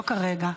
לא כרגע.